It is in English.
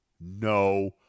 No